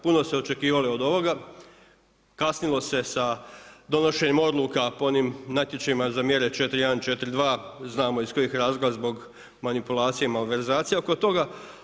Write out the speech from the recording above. Puno su očekivali od ovoga, kasnilo se sa donošenjem odluka po onim natječajima za mjere 4.1.4.2, znamo iz kojih razloga, zbog manipulacija i malverzacija oko toga.